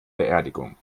beerdigung